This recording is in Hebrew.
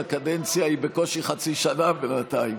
שהקדנציה היא בקושי חצי שנה בינתיים.